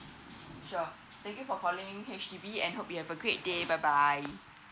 sure thank you for calling H_D_B and hope you have a great day bye bye